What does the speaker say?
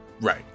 Right